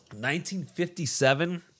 1957